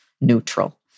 neutral